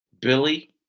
Billy